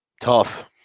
Tough